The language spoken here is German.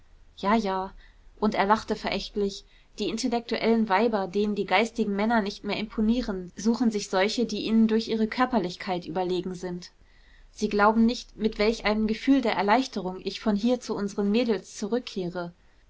ja ja und er lachte verächtlich die intellektuellen weiber denen die geistigen männer nicht mehr imponieren suchen sich solche die ihnen durch ihre körperlichkeit überlegen sind sie glauben nicht mit welch einem gefühl der erleichterung ich von hier zu unsern mädels zurückkehre